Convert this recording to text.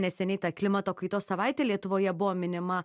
neseniai ta klimato kaitos savaitė lietuvoje buvo minima